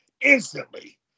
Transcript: instantly